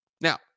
Now